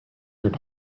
their